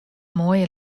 moaie